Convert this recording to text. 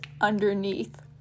underneath